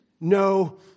no